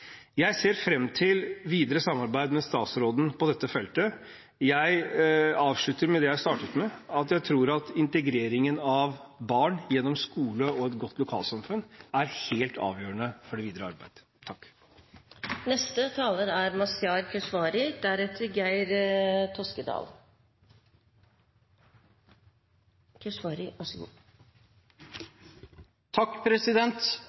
Jeg ser fram til et videre samarbeid med statsråden på dette feltet, og jeg avslutter med det jeg startet med – at jeg tror at integreringen av barn gjennom skole og et godt lokalsamfunn er helt avgjørende for det videre arbeidet.